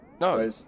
No